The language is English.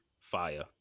fire